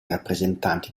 rappresentanti